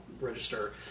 register